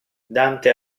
dante